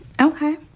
Okay